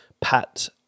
Pat